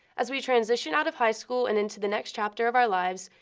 as we transition out of high school and into the next chapter of our lives,